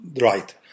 right